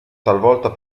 talvolta